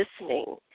listening